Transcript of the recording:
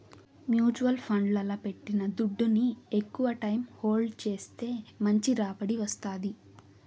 mutual ఫండ్లల్ల పెట్టిన దుడ్డుని ఎక్కవ టైం హోల్డ్ చేస్తే మంచి రాబడి వస్తాది